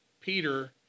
Peter